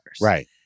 right